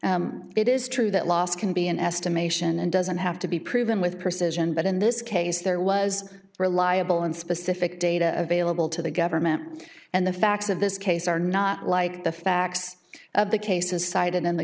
loss it is true that loss can be an estimation and doesn't have to be proven with precision but in this case there was reliable and specific data available to the government and the facts of this case are not like the facts of the cases cited in the